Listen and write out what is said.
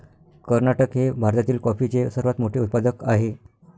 कर्नाटक हे भारतातील कॉफीचे सर्वात मोठे उत्पादक आहे